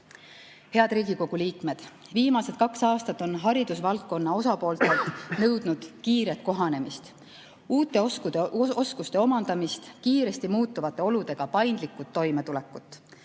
Head Riigikogu liikmed! Viimased kaks aastat on haridusvaldkonna osapooltelt nõudnud kiiret kohanemist, uute oskuste omandamist, kiiresti muutuvate oludega paindlikku toimetulekut.